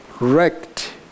Wrecked